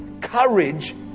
courage